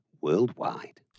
worldwide